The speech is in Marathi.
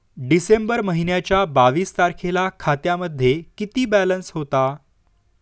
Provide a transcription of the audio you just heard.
डिसेंबर महिन्याच्या बावीस तारखेला खात्यामध्ये किती बॅलन्स होता?